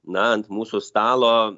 na ant mūsų stalo